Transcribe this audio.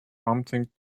prompting